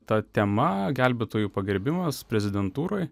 ta tema gelbėtojų pagerbimas prezidentūroj